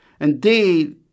Indeed